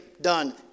done